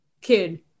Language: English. kid